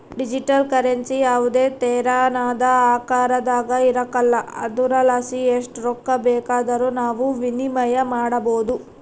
digital currency ಯಾವುದೇ ತೆರನಾದ ಆಕಾರದಾಗ ಇರಕಲ್ಲ ಆದುರಲಾಸಿ ಎಸ್ಟ್ ರೊಕ್ಕ ಬೇಕಾದರೂ ನಾವು ವಿನಿಮಯ ಮಾಡಬೋದು